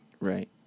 Right